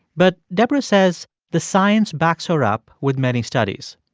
but debra says the science backs her up with many studies.